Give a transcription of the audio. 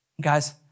Guys